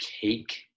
cake